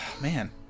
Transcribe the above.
man